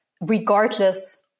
regardless